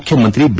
ಮುಖ್ಯಮಂತ್ರಿ ಬಿ